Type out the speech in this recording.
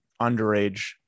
underage